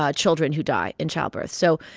ah children who die in childbirth, so